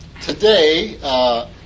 today